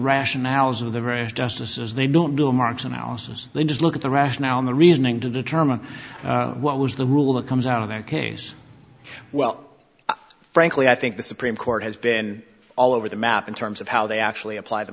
rationale of the various justices they don't do a market analysis they just look at the rationale in the reasoning to determine what was the rule that comes out of their case well frankly i think the supreme court has been all over the map in terms of how they actually apply t